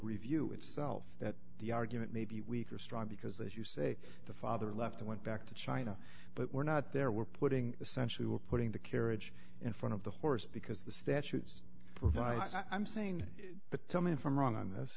review itself that the argument may be weak or strong because as you say the father left and went back to china but we're not there we're putting essentially we're putting the carriage in front of the horse because the statutes provide i'm saying but tell me if i'm wrong on this